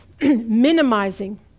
minimizing